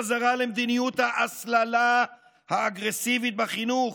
חזרה למדיניות ההסללה האגרסיבית בחינוך.